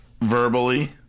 Verbally